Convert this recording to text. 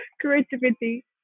creativity